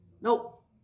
Nope